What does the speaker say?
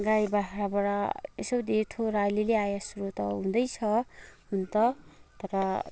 गाई बाख्राबाट यसो धेरथोर यसो अलिअलि आयस्रोत हुँदैछ हुन त तर